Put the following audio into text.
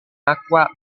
acqua